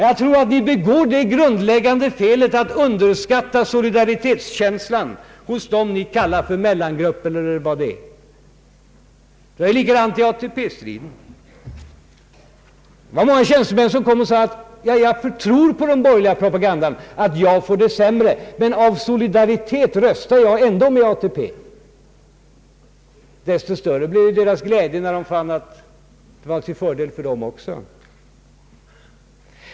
Jag tror att ni begår det grundläggande felet att underskatta solidaritetskänslan hos dem ni kallar för mellangrupper. Det var likadant i ATP-striden. Många tjänstemän kom och sade: ”Jag tror på den borgerliga propagandan att jag får det sämre, men av solidaritet röstar jag ändå för ATP.” Desto större blev ju deras glädje när de fann att ATP var till fördel för dem också.